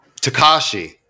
Takashi